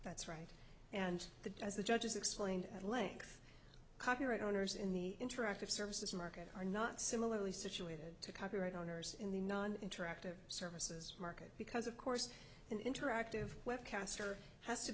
that's right and the as the judges explained at length copyright owners in the interactive services market are not similarly situated to copyright owners in the non interactive services market because of course an interactive